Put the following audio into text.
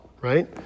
right